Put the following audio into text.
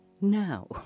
now